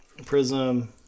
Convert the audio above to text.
Prism